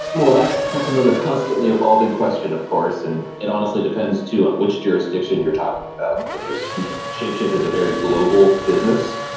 well, that's that's another constantly evolving question, of course. and it honestly depends too on which jurisdiction you're talking about, because there is shapeshift is a very global business.